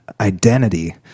identity